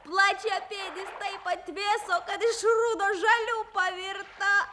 plačiapėdis taip atvėso kad iš rudo žaliu pavirto